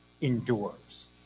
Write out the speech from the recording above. endures